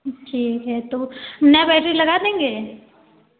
ठीक है तो नया बैटरी लगा देंगे